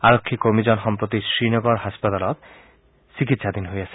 আৰক্ষী কৰ্মীজন সম্প্ৰতি শ্ৰীনগৰ হাস্পতালত চিকিৎসাধীন হৈ আছে